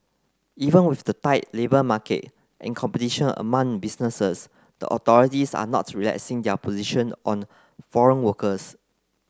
even with the tight labour market and competition among businesses the authorities are not relaxing their position on foreign workers